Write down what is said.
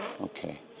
okay